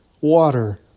water